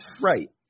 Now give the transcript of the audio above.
Right